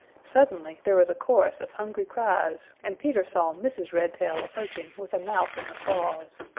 suddenly there was a chorus of hungry cries and peter saw mrs. redtail approaching with a mouse in her claws.